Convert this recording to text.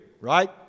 right